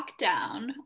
lockdown